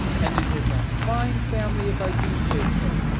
and it is a fine family if i do say so.